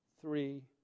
three